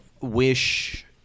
wish